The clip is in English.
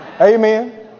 Amen